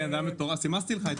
סימסתי לך.